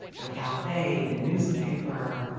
the cafe, the newspaper.